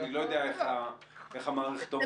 אני לא יודע איך המערכת עומדת בזה.